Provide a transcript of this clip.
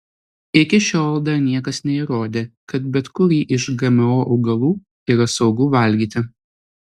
iki šiol dar niekas neįrodė kad bet kurį iš gmo augalų yra saugu valgyti